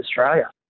Australia